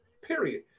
Period